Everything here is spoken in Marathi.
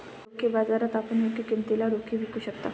रोखे बाजारात आपण योग्य किमतीला रोखे विकू शकता